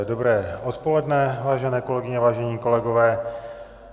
Dobré odpoledne, vážené kolegyně, vážení kolegové.